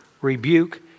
rebuke